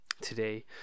today